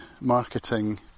marketing